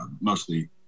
mostly